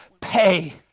pay